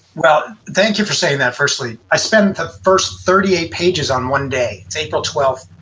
well, thank you for saying that, firstly. i spend the first thirty eight pages on one day. it's april twelfth,